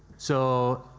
so,